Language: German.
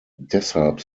deshalb